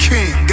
King